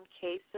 cases